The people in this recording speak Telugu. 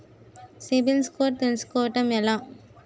సిబిల్ స్కోర్ తెల్సుకోటం ఎలా?